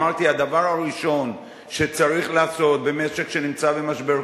אמרתי שהדבר הראשון שצריך לעשות במשק שנמצא במשבר,